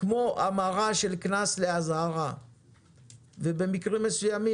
כמו המרה של קנס לאזהרה ובמקרים מסוימים